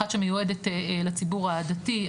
אחת שמיועדת לציבור הדתי,